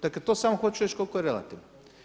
Dakle, to samo hoću reći koliko je relativno.